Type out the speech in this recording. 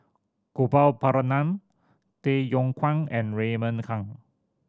Gopal Baratham Tay Yong Kwang and Raymond Kang